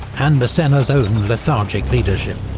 and massena's own lethargic leadership.